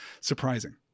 surprising